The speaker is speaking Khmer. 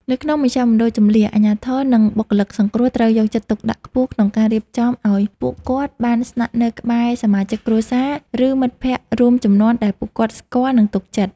នៅក្នុងមជ្ឈមណ្ឌលជម្លៀស អាជ្ញាធរ និងបុគ្គលិកសង្គ្រោះត្រូវយកចិត្តទុកដាក់ខ្ពស់ក្នុងការរៀបចំឱ្យពួកគាត់បានស្នាក់នៅក្បែរសមាជិកគ្រួសារ ឬមិត្តភក្ដិរួមជំនាន់ដែលពួកគាត់ស្គាល់ និងទុកចិត្ត។